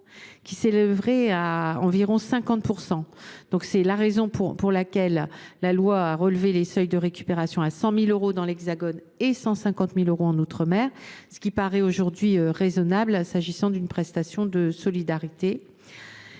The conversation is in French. qui s’élèverait à environ 50 %. C’est la raison pour laquelle la loi de 2023 a relevé les seuils de récupération à 100 000 euros dans l’Hexagone et à 150 000 euros en outre mer, ce qui paraît raisonnable s’agissant d’une prestation de solidarité.